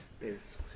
Yes